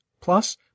plus